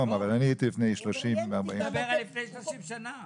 לפני 30-40 שנה.